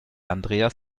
andreas